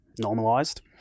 normalized